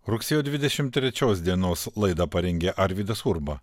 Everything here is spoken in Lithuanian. rugsėjo dvidešimt trečios dienos laidą parengė arvydas urba